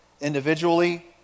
individually